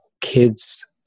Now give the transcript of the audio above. kids